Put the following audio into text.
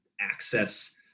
access